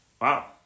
Wow